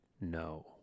no